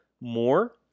more